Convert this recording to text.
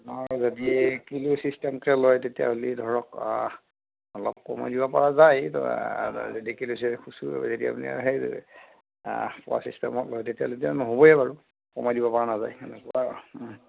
আপোনাৰ যদি কিলো চিষ্টেমকৈ লয় তেতিয়াহ'লে ধৰক অলপ কমাই দিব পৰা যায় যদি আপুনি সেই পোৱা চিষ্টেমত লয় তেতিয়া নহ'বই বাৰু কমাই দিব পৰা নাযায় সেনেকুৱা